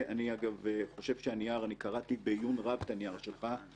אגב, אני קראתי בעיון רב את הנייר שלך.